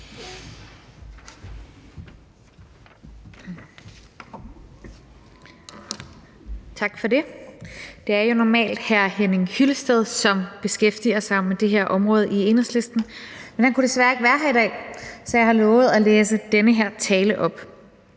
Tak for det. Det er jo normalt hr. Henning Hyllested, som beskæftiger sig med det her område i Enhedslisten, men han kunne desværre ikke være her i dag, så jeg har lovet at læse den her tale op: